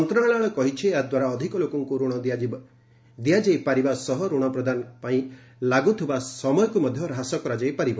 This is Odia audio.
ମନ୍ତ୍ରଣାଳୟ କହିଛି ଏହାଦ୍ୱାରା ଅଧିକ ଲୋକଙ୍କୁ ରଣ ଦିଆଯାଇ ପାରିବା ସହ ରଣ ପ୍ରଦାନ ପାଇଁ ଲାଗୁଥିବା ସମୟକୁ ମଧ୍ୟ ହ୍ରାସ କରାଯାଇପାରିବ